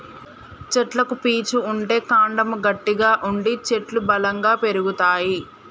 చెట్లకు పీచు ఉంటే కాండము గట్టిగా ఉండి చెట్లు బలంగా పెరుగుతాయి